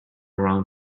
around